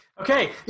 Okay